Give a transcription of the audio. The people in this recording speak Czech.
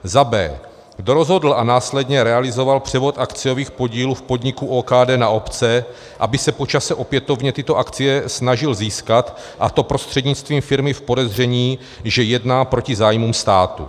b) kdo rozhodl a následně realizoval převod akciových podílů v podniku OKD na obce, aby se po čase opětovně tyto akcie snažil získat, a to prostřednictvím firmy v podezření, že jedná proti zájmům státu,